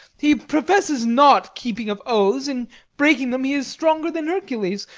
he professes not keeping of oaths in breaking em he is stronger than hercules.